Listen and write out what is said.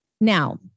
Now